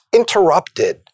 interrupted